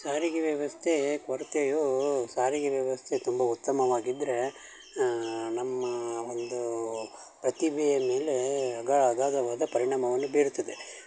ಸಾರಿಗೆ ವ್ಯವಸ್ಥೆ ಕೊರತೆಯು ಸಾರಿಗೆ ವ್ಯವಸ್ಥೆ ತುಂಬ ಉತ್ತಮವಾಗಿದ್ದರೆ ನಮ್ಮ ಒಂದು ಪ್ರತಿಭೆಯ ಮೇಲೆ ಅಗಾಧ ಅಗಾಧವಾದ ಪರಿಣಾಮವನ್ನು ಬೀರುತ್ತದೆ